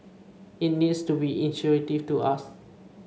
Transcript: it needs to be intuitive to us